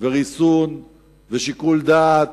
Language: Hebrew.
וריסון ושיקול דעת.